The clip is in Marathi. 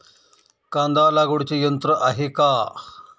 कांदा लागवडीचे यंत्र आहे का?